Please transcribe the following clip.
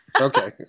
Okay